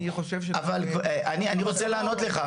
אני חושב ש -- אבל אני רוצה לענות לך,